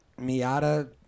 Miata